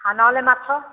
ହଁ ନହେଲେ ମାଛ